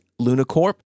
Lunacorp